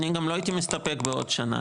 אני גם לא הייתי מסתפק בעוד שנה,